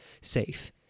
safe